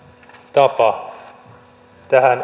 tapa tähän